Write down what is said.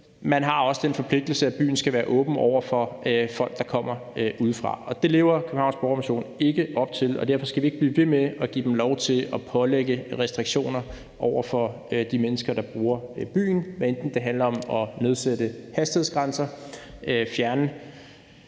man har så også den forpligtelse, at byen skal være åben over for folk, der kommer udefra. Det lever Københavns Borgerrepræsentation ikke op til, og derfor skal vi ikke blive ved med at give dem lov til at pålægge restriktioner over for de mennesker, der bruger byen, hvad enten det handler om at nedsætte hastighedsgrænser, fjerne